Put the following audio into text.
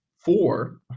four